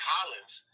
Collins